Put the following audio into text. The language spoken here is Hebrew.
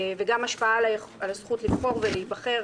וגם השפעה על הזכות לבחור ולהיבחר.